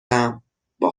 ام، با